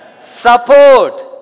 support